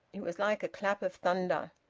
it was like a clap of thunder.